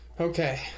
Okay